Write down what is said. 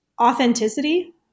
Authenticity